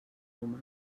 humà